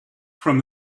from